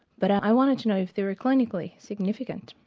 but i wanted to know if they were clinically significant.